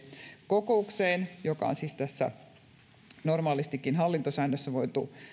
kokoukseen joka on siis normaalistikin hallintosäännössä voitu